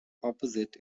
opposite